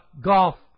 golf